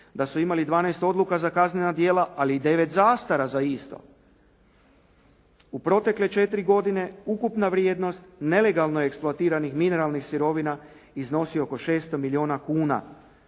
da su imali 12 odluka za kaznena djela ali i 9 zastara za isto. U protekle četiri godine ukupna vrijednost nelegalno eksploatiranih mineralnih sirovina iznosi oko 600 milijuna kuna.